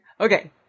Okay